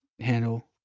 handle